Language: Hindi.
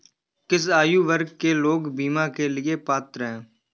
किस आयु वर्ग के लोग बीमा के लिए पात्र हैं?